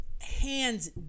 hands